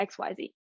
xyz